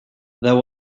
there